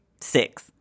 six